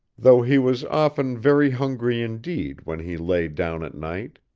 though he was often very hungry indeed when he lay down at night